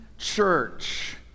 church